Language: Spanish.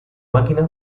máquina